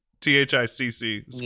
T-H-I-C-C